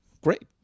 great